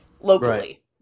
locally